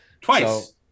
Twice